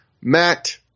Matt